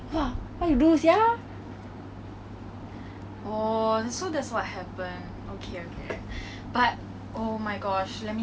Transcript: yes yes I remember her but I actually didn't find her as bad but maybe because she was biased yes